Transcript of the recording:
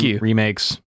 remakes